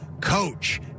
Coach